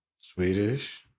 Swedish